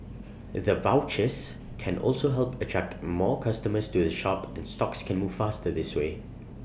the vouchers can also help attract more customers to the shop and stocks can move faster this way